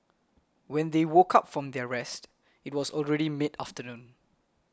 when they woke up from their rest it was already mid afternoon